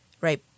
right